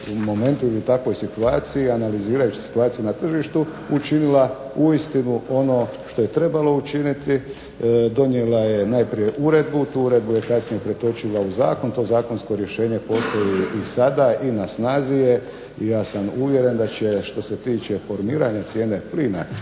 momentu ili u takvoj situaciji analizirajući situaciju na tržištu učinila uistinu ono što je trebalo učiniti. Donijela je najprije uredbu. Tu uredbu je kasnije pretočila u zakon. To zakonsko rješenje postoji i sada i na snazi je i ja sam uvjeren da će što se tiče formiranja cijene plina